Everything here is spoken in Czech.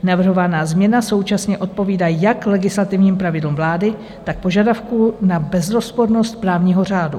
Navrhovaná změna současně odpovídá jak legislativním pravidlům vlády, tak požadavku na bezrozpornost právního řádu.